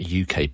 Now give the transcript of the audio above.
UK